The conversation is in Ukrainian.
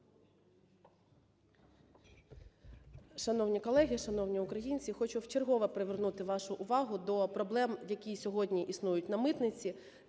Шановні колеги, шановні українці, хочу вчергове привернути вашу увагу до проблем, які сьогодні існують на митниці,